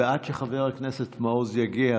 ועד שחבר הכנסת מעוז יגיע,